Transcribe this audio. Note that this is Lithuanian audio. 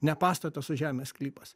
ne pastatas o žemės sklypas